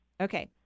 Okay